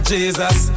Jesus